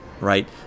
right